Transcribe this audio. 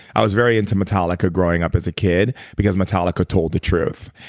i was very into metallica growing up as a kid because metallica told the truth.